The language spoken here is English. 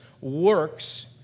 works